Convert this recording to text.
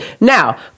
Now